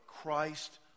Christ